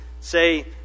say